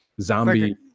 zombie